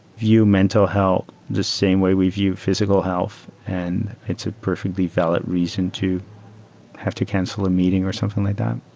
view mental health the same way we view physical health, and it's a perfectly valid reason to have to cancel a meeting or something like that.